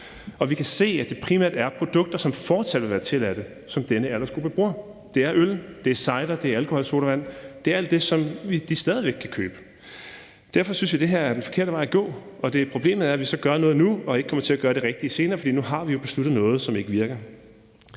denne aldersgruppe primært bruger, fortsat vil være tilladte. Det er øl, det er cider, det er alkoholsodavand, det er alt det, som de stadig væk kan købe. Derfor synes jeg, det her er den forkerte vej at gå, og problemet er, at vi så gør noget nu og ikke kommer til at gøre det rigtige senere, for nu har vi jo besluttet noget, som ikke virker.